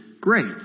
great